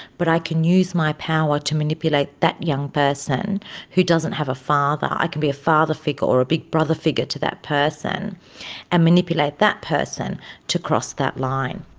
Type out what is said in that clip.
but i can use my power to manipulate that young person who doesn't have a father, i can be a father figure or a big brother figure to that person and manipulate that person to cross that line.